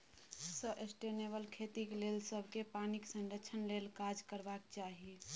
sustainable खेतीक लेल सबकेँ पानिक संरक्षण लेल काज करबाक चाही